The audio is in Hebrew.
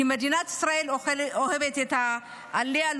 כי מדינת ישראל אוהבת את העלייה,